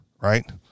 Right